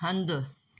हंधि